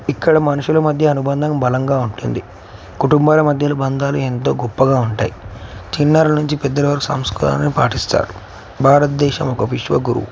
ఇక్కడ మనుషుల మధ్య అనుబంధం బలంగా ఉంటుంది కుటుంబాల మధ్యన బంధాలు ఎంతో గొప్పగా ఉంటాయి చిన్నారలు నుంచి పెద్దవారు సంస్కారాన్ని పాటిస్తారు భారతదేశం ఒక విశ్వగురువు